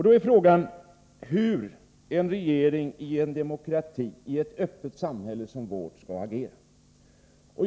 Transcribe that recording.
Då är frågan hur en regering i en demokrati, i ett öppet samhälle som vårt, skall agera.